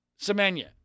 Semenya